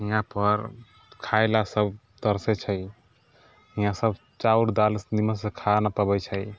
हियाँपर खाय लए सब तरसै छै हियाँ सब चाउर दालि निम्मनसँ खा नहि पबै छै